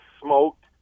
smoked